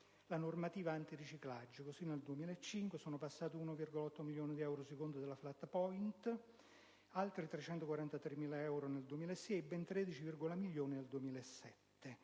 la normativa antiriciclaggio; così nel 2005 sono passati 1,8 milioni di euro sui conti della Flat Point, altri 343.000 nel 2006 e ben 13,1 milioni nel 2007.